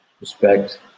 respect